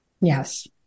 Yes